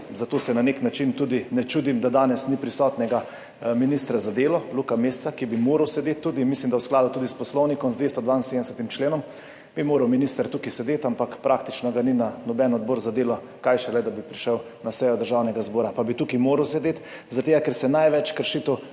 zato se na nek način tudi ne čudim, da danes ni prisotnega ministra za delo Luka Mesca, ki bi moral sedeti [tu], mislim, da bi tudi v skladu z 272. členom Poslovnika moral minister tukaj sedeti, ampak ga ni na praktično noben odbor za delo, kaj šele da bi prišel na sejo Državnega zbora. Pa bi tukaj moral sedeti, zaradi tega ker se največ kršitev